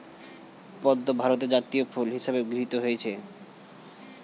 পদ্ম ভারতের জাতীয় ফুল হিসেবে গৃহীত হয়েছে